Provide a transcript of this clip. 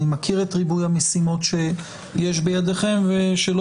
אני מכיר את ריבוי המשימות שיש בידיכם ושלא